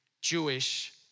Jewish